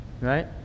right